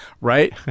right